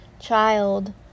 child